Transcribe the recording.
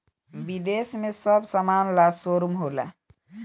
विदेश में सब समान ला शोरूम होला